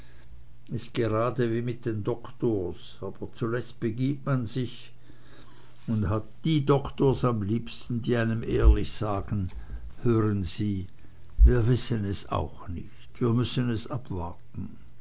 is gerade wie mit den doktors aber zuletzt begibt man sich und hat die doktors am liebsten die einem ehrlich sagen hören sie wir wissen es auch nicht wir müssen es abwarten